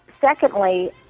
Secondly